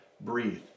breathe